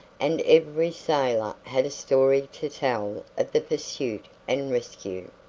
and every sailor had a story to tell of the pursuit and rescue.